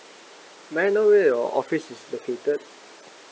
may I know where your office is located